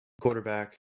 quarterback